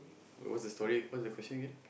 wait what's the story what's the question again